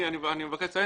אני מבקש לציין,